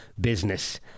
business